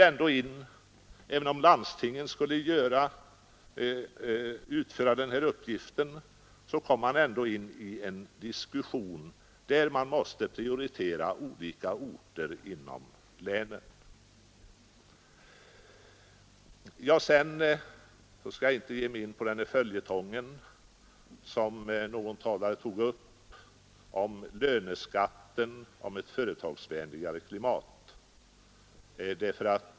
Även om landstingen skulle utföra denna uppgift, måste man ju diskutera frågan om att prioritera olika orter inom länen. Jag skall inte gå in på följetongen, som togs upp av en talare, om löneskatten och om ett företagsvänligare klimat.